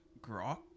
Grok